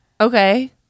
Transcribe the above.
Okay